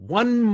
one